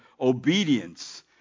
obedience